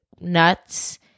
nuts